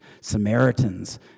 Samaritans